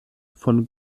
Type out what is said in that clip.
von